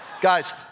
guys